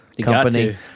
company